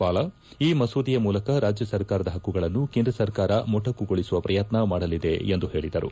ಪಾಲ ಈ ಮಸೂದೆಯ ಮೂಲಕ ರಾಜ್ಯ ಸರ್ಕಾರದ ಹಕ್ಕುಗಳನ್ನು ಕೇಂದ್ರ ಸರ್ಕಾರ ಮೊಟಕುಗೊಳಿಸುವ ಪ್ರಯತ್ನ ಮಾಡಲಿದೆ ಎಂದು ಹೇಳಿದರು